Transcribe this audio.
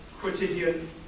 quotidian